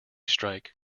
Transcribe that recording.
strike